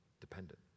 dependent